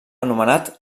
anomenat